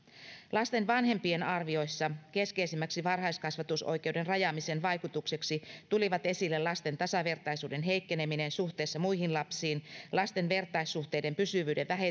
lasten vanhempien arvioissa keskeisimmäksi varhaiskasvatusoikeuden rajaamisen vaikutukseksi tulivat esille lasten tasavertaisuuden heikkeneminen suhteessa muihin lapsiin lasten vertaissuhteiden pysyvyyden